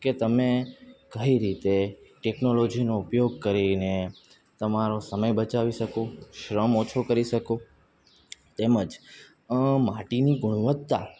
કે તમે કઈ રીતે ટેકનોલોજીનો ઉપયોગ કરીને તમારો સમય બચાવી શકો શ્રમ ઓછો કરી શકો તેમજ માટીની ગુણવત્તા